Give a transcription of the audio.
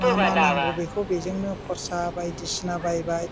मा मा नांगौ बेखौ बेजोंनो खरसा बायदिसिना बायबाय